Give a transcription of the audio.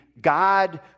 God